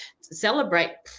celebrate